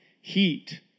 heat